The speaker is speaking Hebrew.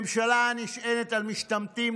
ממשלה הנשענת על משתמטים,